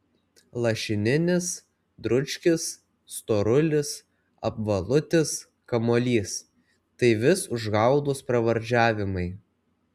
lašininis dručkis storulis apvalutis kamuolys tai vis užgaulūs pravardžiavimai